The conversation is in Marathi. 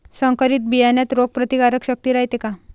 संकरित बियान्यात रोग प्रतिकारशक्ती रायते का?